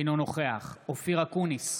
אינו נוכח אופיר אקוניס,